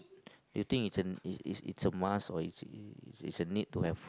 you think it's a it's it's it's a must or it's it's a need to have